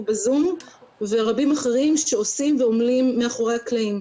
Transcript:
בזום ורבים אחרים שעושים ועומלים מאחרי הקלעים.